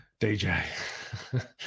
DJ